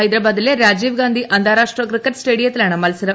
ഹൈദരാബാദിലെ രാജീവ് ഗാന്ധി അന്താരാഷ്ട്ര ക്രിക്കറ്റ് സ്റ്റേഡിയത്തിലാണ് മത്സരം